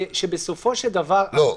שבסופו של דבר --- לא,